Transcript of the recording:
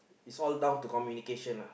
it's all down to communication uh